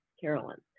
Carolyn